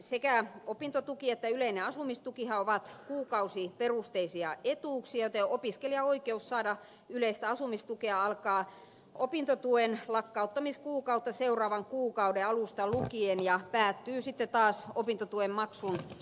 sekä opintotuki että yleinen asumistukihan ovat kuukausiperusteisia etuuksia joten opiskelijan oikeus saada yleistä asumistukea alkaa opintotuen lakkauttamiskuukautta seuraavan kuukauden alusta lukien ja päättyy sitten taas opintotuen maksun jatkuessa